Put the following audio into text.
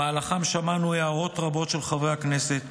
שבמהלכם שמענו הערות רבות של חברי הכנסת,